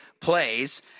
plays